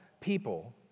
people